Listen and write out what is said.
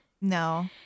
No